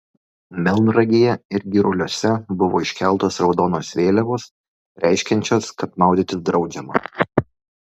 melnragėje ir giruliuose buvo iškeltos raudonos vėliavos reiškiančios kad maudytis draudžiama